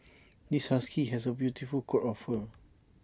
this husky has A beautiful coat of fur